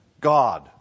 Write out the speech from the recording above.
God